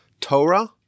Torah